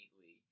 neatly